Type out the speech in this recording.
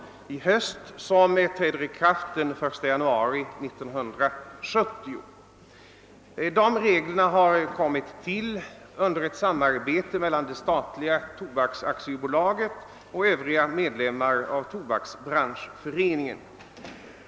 Dessa träder i kraft 1 januari 1970. Reglerna har kommit till under samarbete mellan det statliga tobaksaktiebolaget och övriga medlemmar av tobaksbranschföreningen.